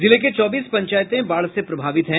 जिले के चौबीस पंचायत बाढ़ से प्रभावित है